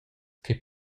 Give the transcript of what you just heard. che